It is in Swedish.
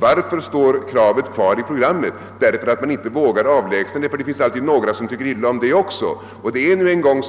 Varför står kravet kvar i partiprogrammet? Jo, därför att man inte vågar avlägsna det — några skulle tycka illa om det också. Och det är nu en gång